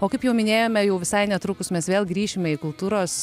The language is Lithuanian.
o kaip jau minėjome jau visai netrukus mes vėl grįšime į kultūros